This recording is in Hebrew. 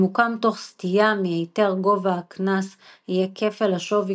אם הוקם תוך סטייה מהיתר גובה הקנס יהיה כפל השווי